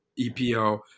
EPL